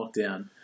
lockdown